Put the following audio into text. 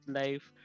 life